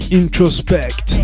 introspect